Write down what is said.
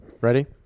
Ready